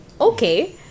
okay